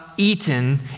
eaten